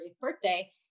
birthday